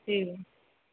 एवम्